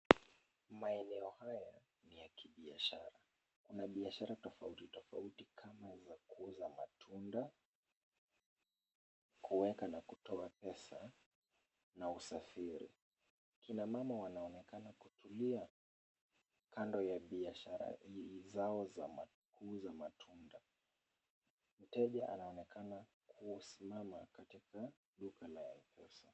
Maeneo haya ni ya kibiashara, kuna biashara tofauti tofauti kama za kuuza matunda, kuweka na kutoa pesa na usafiri, akina mama wanaonekana kutulia kando ya biashara zao za matunda. Mteja anaonekana kusimama katika duka la Mpesa.